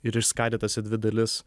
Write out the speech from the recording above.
ir išskaidytas į dvi dalis